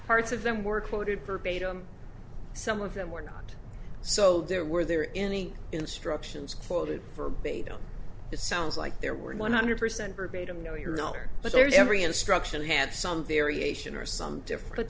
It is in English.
parts of them were quoted verbatim some of them were not so there were there any instructions quoted verbatim it sounds like there were one hundred percent verbatim no you're not or but there's every instruction had some variation or some different